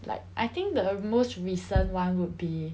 like I think the most recent one would be